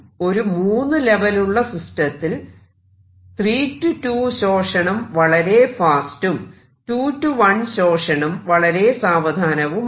അപ്പോൾ ഒരു മൂന്ന് ലെവലുള്ള സിസ്റ്റത്തിൽ 3 2 ശോഷണം വളരെ വേഗത്തിലും 2 1 ശോഷണം വളരെ സാവധാനവുമാണ്